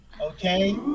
okay